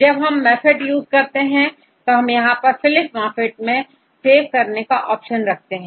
जब हमMAFFT यूज करते हैं तो यहां पर फिलिप फॉर्मेट में सेव करने का ऑप्शन होता है